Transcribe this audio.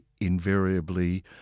invariably